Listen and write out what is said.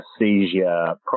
anesthesia